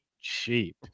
cheap